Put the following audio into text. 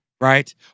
right